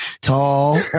tall